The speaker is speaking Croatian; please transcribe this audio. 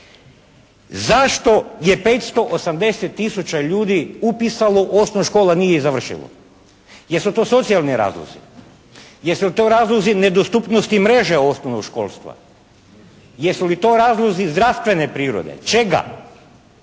Zašto je 580000 ljudi upisalo osnovnu školu, a nije je završilo. Jesu to socijalni razlozi? Jesu to razlozi nedostupnosti mreže osnovnog školstva? Jesu to razlozi zdravstvene prirode? Čega?